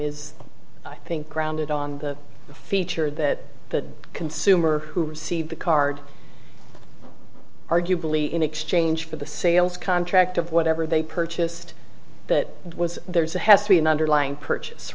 is i think grounded on the feature that the consumer who received the card arguably in exchange for the sales contract of whatever they purchased that was there's a has to be an underlying purchase